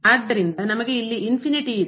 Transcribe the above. ಆದ್ದರಿಂದ ನಮಗೆ ಇಲ್ಲಿ ಇದೆ